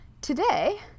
today